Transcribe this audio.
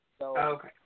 Okay